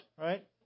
right